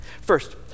first